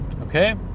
okay